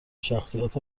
شخصیت